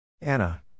Anna